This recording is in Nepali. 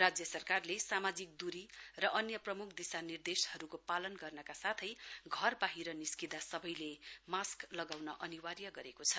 राज्य सरकारले सामाजिक दुरी र अन्य प्रमुख दिशानिर्देशहरूको पालना गर्नका साथै घर बाहिर निँस्किदा सबैले मास्क लगाउन अनिवार्य गरिएको छ